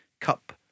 cup